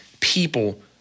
people